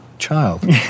child